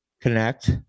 connect